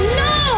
no